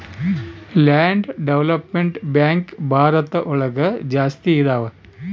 land development bank Bharat ಒಳಗ ಜಾಸ್ತಿ ಇದಾವ